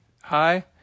hi